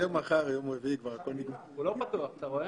זה מרוב שצעקו בחדר הזה בשבוע שעבר.